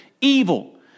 evil